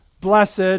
Blessed